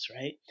right